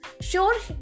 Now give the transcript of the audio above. Sure